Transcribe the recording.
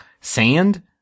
sand